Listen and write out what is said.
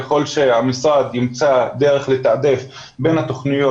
ככל שהמשרד ימצא דרך לתעדף בין התוכניות